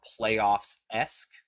playoffs-esque